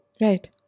right